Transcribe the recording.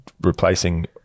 replacing